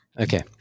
Okay